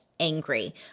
angry